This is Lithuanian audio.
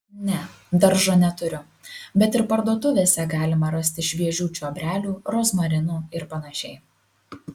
ne daržo neturiu bet ir parduotuvėse galima rasti šviežių čiobrelių rozmarinų ir panašiai